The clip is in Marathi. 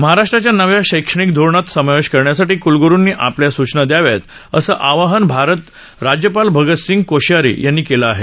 महाराष्ट्राच्या नव्या शैक्षणिक धोरणात समावेश करण्यासाठी कलग्रुंनी आपल्या सूचना दयाव्यात असं आवाहन राज्यपाल भगत सिंग कोश्यारी यांनी केलं आहे